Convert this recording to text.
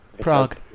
Prague